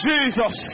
Jesus